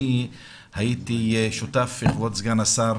אני הייתי שותף, כבוד סגן השר,